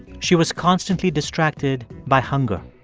she was constantly distracted by hunger.